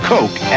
Coke